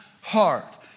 heart